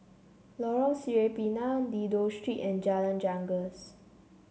Lorong Sireh Pinang Dido Street and Jalan Janggus